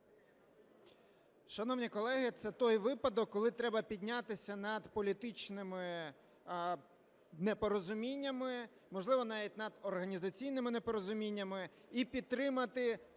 Шановні колеги, це той випадок, коли треба піднятися над політичними непорозуміннями, можливо, навіть над організаційними непорозуміннями і підтримати